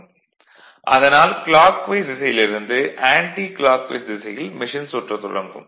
vlcsnap 2018 11 05 10h02m35s209 அதனால் clockwise திசையிலிருந்து anti clockwise திசையில் மெஷின் சுற்றத் தொடங்கும்